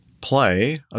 play